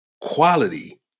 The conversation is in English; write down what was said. Quality